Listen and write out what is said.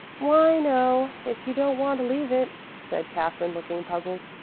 why, no, if you don't want to leave it, said katherine looking puzzled.